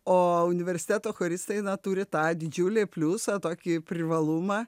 o universiteto choristai turi tą didžiulį pliusą tokį privalumą